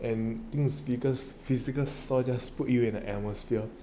and physical store just put you in the atmosphere